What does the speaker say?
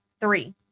Three